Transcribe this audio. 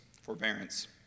forbearance